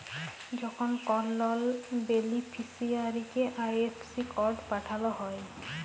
যখল কল লল বেলিফিসিয়ারিকে আই.এফ.এস কড পাঠাল হ্যয়